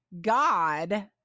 God